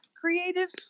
creative